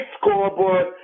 scoreboard